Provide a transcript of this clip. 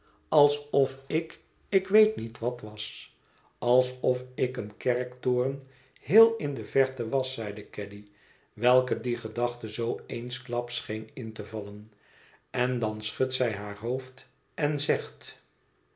alsof ik ik weet niet wat was alsof ik een kerktoren heel in de verte was zeide caddy welke die gedachte zoo eensklaps scheen in te vallen en dan schudt zij haar hoofd en zegt